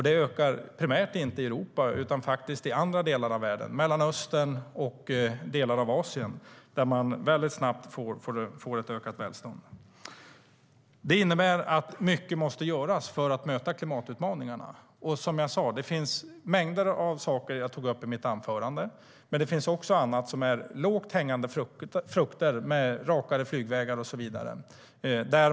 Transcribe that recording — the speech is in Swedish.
Det ökar inte primärt i Europa utan faktiskt i andra delar av världen, i Mellanöstern och i delar av Asien, där man mycket snabbt får ett ökat välstånd. Detta innebär att mycket måste göras för att möta klimatutmaningarna. Det finns mängder av saker, som jag tog upp i mitt anförande. Men det finns också annat som är lågt hängande frukter, till exempel rakare flygvägar och så vidare.